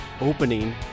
opening